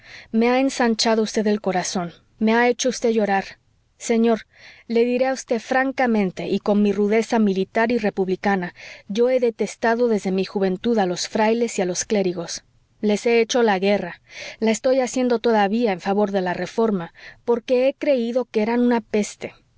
me ha ensanchado vd el corazón me ha hecho vd llorar señor le diré a vd francamente y con mi rudeza militar y republicana yo he detestado desde mi juventud a los frailes y a los clérigos les he hecho la guerra la estoy haciendo todavía en favor de la reforma porque he creído que eran una peste